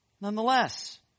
nonetheless